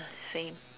same